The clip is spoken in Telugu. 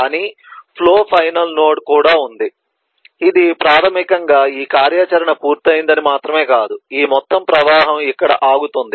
కానీ ఫ్లో ఫైనల్ నోడ్ కూడా ఉంది ఇది ప్రాథమికంగా ఈ కార్యాచరణ పూర్తయిందని మాత్రమే కాదు ఈ మొత్తం ప్రవాహం ఇక్కడ ఆగుతుంది